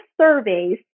surveys